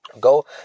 Go